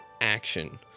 action